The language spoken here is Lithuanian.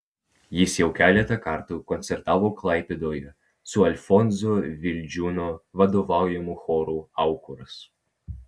jis jau keletą kartų koncertavo klaipėdoje su alfonso vildžiūno vadovaujamu choru aukuras